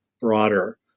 broader